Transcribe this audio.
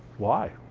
why?